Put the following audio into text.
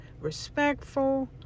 respectful